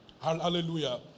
Hallelujah